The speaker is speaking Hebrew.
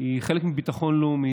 היא חלק מביטחון לאומי.